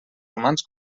humans